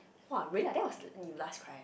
!wah! really ah that was you last cry ah